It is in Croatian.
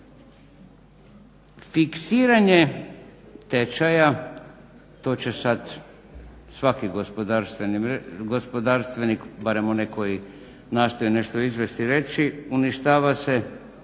Fiksiranje tečaja to će sad svaki gospodarstvenik, barem onaj koji nastoji nešto izvesti reći uništava se